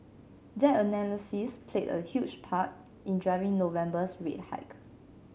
that analysis played a huge part in driving November's rate hike